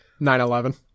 9-11